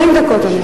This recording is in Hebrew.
כן, 40 דקות.